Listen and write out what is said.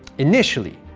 initially,